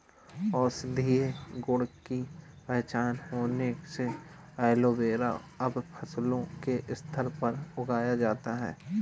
औषधीय गुण की पहचान होने से एलोवेरा अब फसलों के स्तर पर उगाया जाता है